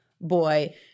boy